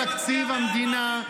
זה משוריין בתקציב המדינה,